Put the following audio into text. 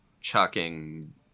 chucking